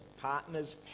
Partners